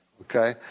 Okay